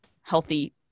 healthy